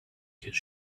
his